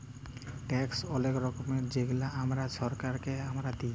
tax অলেক রকমের যেগলা আমরা ছরকারকে আমরা দিঁই